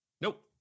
Nope